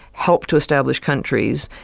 helped to establish countries,